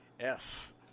Yes